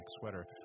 sweater